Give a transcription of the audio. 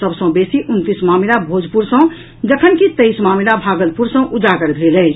सभ सँ बेसी उनतीस मामिला भोजपुर सँ जखनकि तेईस मामिला भागलपुर सँ उजागर भेल अछि